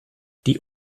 die